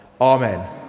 Amen